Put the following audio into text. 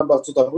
גם בארצות הברית,